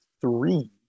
three